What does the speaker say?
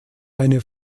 eine